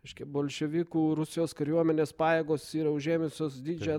reiškia bolševikų rusijos kariuomenės pajėgos yra užėmusios didžiąją